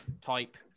type